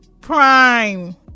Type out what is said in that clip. prime